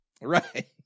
Right